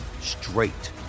straight